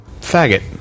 Faggot